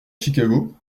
chicago